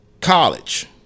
College